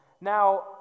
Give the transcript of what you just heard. Now